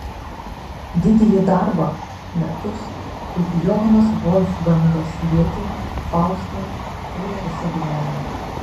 didįjį darbą metus kaip johanas volfgangas gėtė faustą kūrė visą gyvenimą